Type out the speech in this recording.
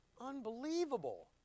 Unbelievable